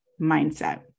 mindset